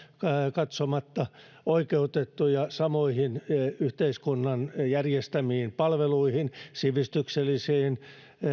katsomatta oikeutettuja samoihin yhteiskunnan järjestämiin palveluihin sivistyksellisiin